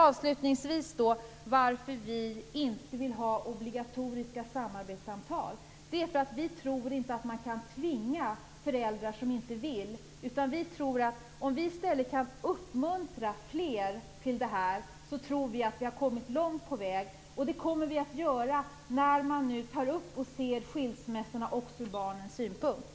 Avslutningsvis: Orsaken till att vi inte vill ha obligatoriska samarbetssamtal är att vi inte tror att man kan tvinga föräldrar som inte vill. Om man i stället kan uppmuntra fler till det här tror vi att man har kommit en lång bit på väg. Det gör man också när man nu ser skilsmässorna också ur barnens synpunkt.